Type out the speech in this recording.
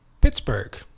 Pittsburgh